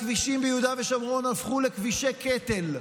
הכבישים ביהודה ושומרון הפכו לכבישי קטל.